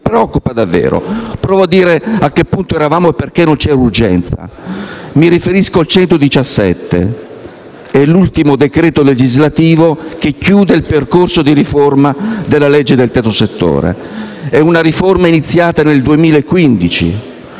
ci preoccupa davvero. Provo a dire a che punto eravamo e perché non ci sia urgenza. Mi riferisco al decreto legislativo n. 117: è l'ultimo provvedimento che chiude il percorso di riforma della legge del terzo settore. È una riforma iniziata nel 2015